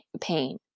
pain